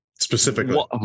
Specifically